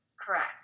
Correct